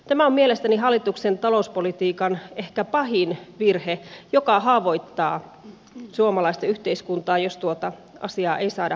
tämä on mielestäni hallituksen talouspolitiikan ehkä pahin virhe joka haavoittaa suomalaista yhteiskuntaa jos tuota asiaa ei saada haltuun